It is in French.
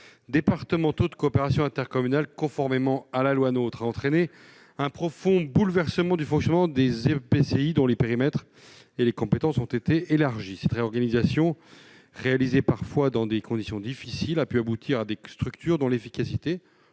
départementaux de coopération intercommunale, conformément à la loi NOTRe, a entraîné un profond bouleversement du fonctionnement des EPCI, dont les périmètres et les compétences ont été élargis. Cette réorganisation, réalisée parfois dans des conditions difficiles, a pu aboutir à des structures dont l'efficacité